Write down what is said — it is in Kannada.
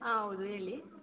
ಹಾಂ ಹೌದು ಹೇಳಿ